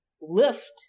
lift